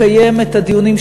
לקיים את הדיונים,